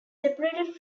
separated